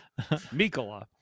Mikola